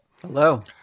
Hello